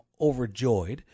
overjoyed